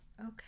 Okay